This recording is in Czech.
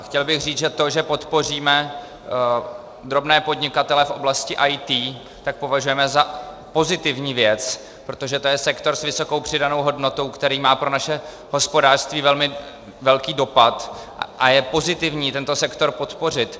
Chtěl bych říci, že to, že podpoříme drobné podnikatele v oblasti IT, považujeme za pozitivní věc, protože to je sektor s vysokou přidanou hodnotou, který má pro naše hospodářství velmi velký dopad, a je pozitivní tento sektor podpořit.